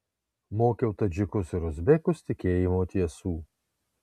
mokiau tadžikus ir uzbekus tikėjimo tiesų